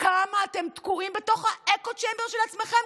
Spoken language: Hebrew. כמה אתם תקועים בתוך האקו-צ'מבר של עצמכם,